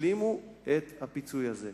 ישלימו את הפיצוי הזה.